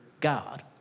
God